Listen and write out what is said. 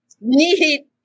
need